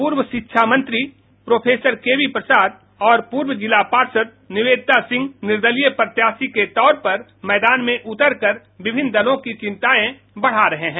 पूर्व शिक्षा मंत्री प्रो केबी प्रसाद और पूर्व जिला पार्षद निवेदिता सिंह निर्दलीय प्रत्याशी के तौर पर मैदान में उतर कर विभिन्न दलों की चिंताएं बढा रहे हैं